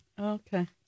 Okay